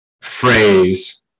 phrase